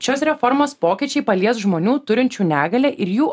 šios reformos pokyčiai palies žmonių turinčių negalią ir jų